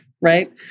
right